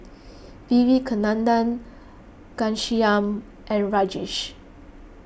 Vivekananda Ghanshyam and Rajesh